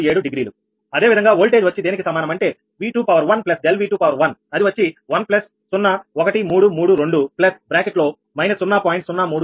337డిగ్రీఅదేవిధంగా voltage వచ్చి దేనికి సమానం అంటే V21 ∆V21 అది వచ్చి 1 0 1 3 3 2 ప్లస్ బ్రాకెట్లో −0